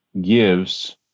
gives